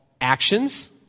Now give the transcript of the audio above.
actions